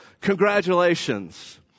congratulations